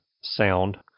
sound